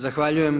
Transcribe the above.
Zahvaljujem.